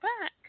back